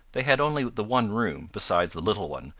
they had only the one room, besides the little one,